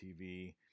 TV